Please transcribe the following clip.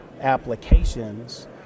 applications